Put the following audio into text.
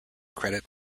credit